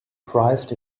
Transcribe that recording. prized